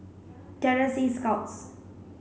Terror Sea Scouts